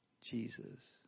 Jesus